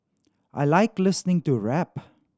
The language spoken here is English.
I like listening to rap